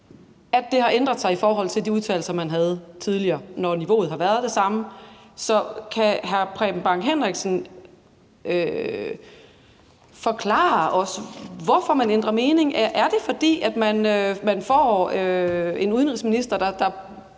at det har ændret sig i forhold til de udtalelser, man havde tidligere, når niveauet har været det samme. Så kan hr. Preben Bang Henriksen forklare os, hvorfor man ændrer mening? Er det, fordi man får en udenrigsminister, der